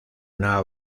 una